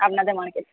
আপনাদের মার্কেট